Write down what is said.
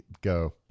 go